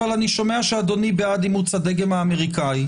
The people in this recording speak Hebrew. אבל אני שומע שאדוני בעד אימוץ הדגם האמריקני,